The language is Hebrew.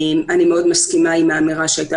אני מאוד מסכימה עם האמירה שהייתה